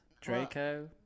Draco